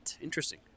Interesting